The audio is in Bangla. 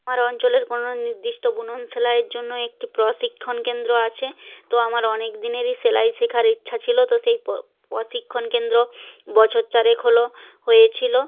আর অঞ্চলের কোনো নির্দিষ্ট বুনন সেলাইয়ের জন্য একটি প্রশিক্ষণ কেন্দ্র আছে তো আমার অনেক দিনেরই সেলাই শেখার ইচ্ছা ছিলো তো সেই প্রশিক্ষণ কেন্দ্র বছর চারেক হলো হয়েছিলো